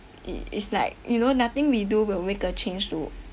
i~ is like you know nothing we do will make a change to